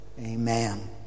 Amen